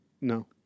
No